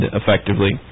effectively